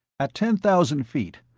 at ten thousand feet,